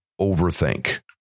overthink